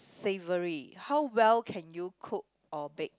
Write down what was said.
savoury how well can you cook or bake